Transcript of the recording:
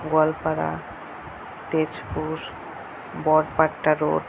Goalpara Tezpur Barpatta road